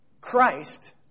Christ